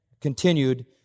continued